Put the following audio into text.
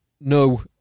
No